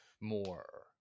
more